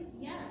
Yes